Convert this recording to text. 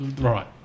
right